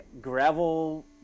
gravel